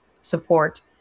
support